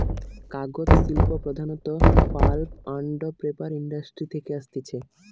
কাগজ শিল্প প্রধানত পাল্প আন্ড পেপার ইন্ডাস্ট্রি থেকে আসতিছে